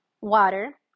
water